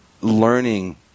learning